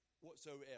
whatsoever